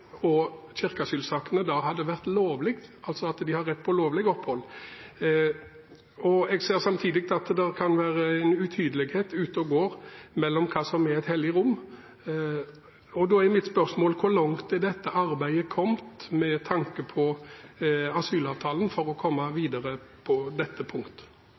altså at de har rett til lovlig opphold. Jeg ser samtidig at det kan være en utydelighet ute og går om hva som er et hellig rom. Da er mitt spørsmål: Hvor langt er dette arbeidet kommet med tanke på asylavtalen for å komme videre på dette punktet?